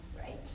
right